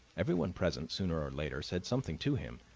everyone present, sooner or later, said something to him,